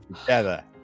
together